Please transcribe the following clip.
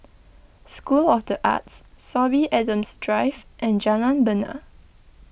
School of the Arts Sorby Adams Drive and Jalan Bena